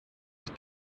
auch